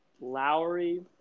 Lowry